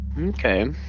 Okay